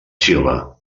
xile